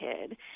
kid